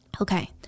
okay